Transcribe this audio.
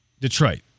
Detroit